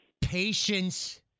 Patience